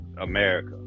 America